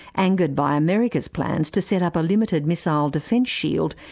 angered by america's plans to set up a limited missile defence shield,